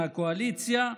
מהקואליציה,